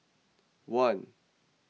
one